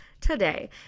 today